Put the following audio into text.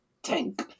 Tank